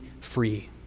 free